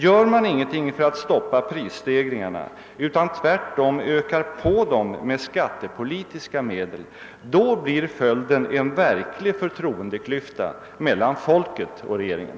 Gör man inget för att stoppa prisstegringarna utan tvärtom ökar på dem med skattepolitiska medel, blir följden en verklig för troendeklyfta mellan folket och regeringen.